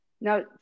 Now